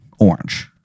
orange